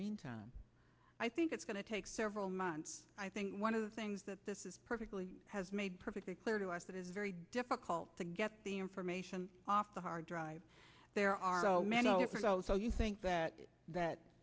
meantime i think it's going to take several months i think one of the things that this is perfectly has made perfectly clear to us that it's very difficult to get the information off the hard drive there are so many so you think that that